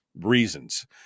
reasons